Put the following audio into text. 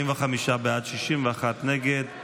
45 בעד, 61 נגד.